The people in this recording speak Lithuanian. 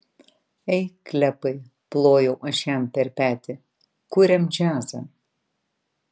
ei klepai plojau aš jam per petį kuriam džiazą